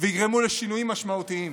ויגרמו לשינויים משמעותיים.